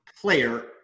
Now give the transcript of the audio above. player